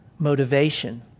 motivation